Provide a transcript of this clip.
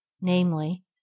namely